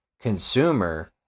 consumer